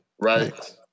right